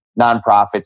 nonprofits